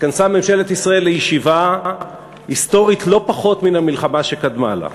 התכנסה ממשלת ישראל לישיבה היסטורית לא פחות מן המלחמה שקדמה לה.